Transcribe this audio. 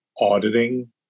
auditing